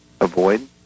avoid